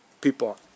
people